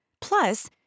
Plus